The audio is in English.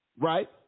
right